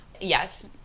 yes